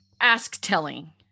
ask-telling